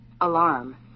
alarm